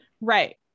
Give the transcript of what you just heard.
Right